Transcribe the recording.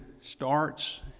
starts